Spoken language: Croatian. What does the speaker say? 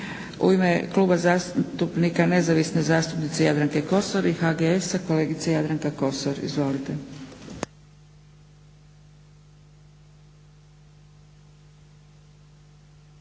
U ime Kluba zastupnika nezavisne zastupnice Jadranke Kosor i HGS-a, kolegica Jadranka Kosor. Izvolite.